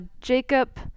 Jacob